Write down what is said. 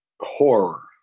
Horror